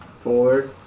four